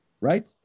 right